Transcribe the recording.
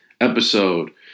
episode